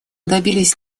добились